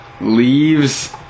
leaves